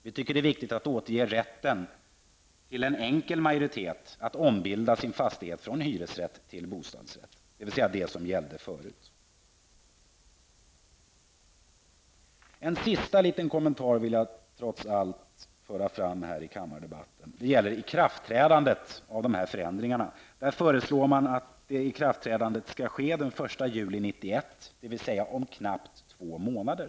Vi tycker att det är viktigt att återge rätten till en enkel majoritet att ombilda sin fastighet från hyresrätt till bostadsrätt, dvs. det som gällde förut. En sista liten kommentar vill jag föra fram här i kammardebatten som gäller ikraftträdandet av förändringarna. Man föreslår att ikraftträdandet skall ske den 1 juli 1991, dvs. om knappt två månader.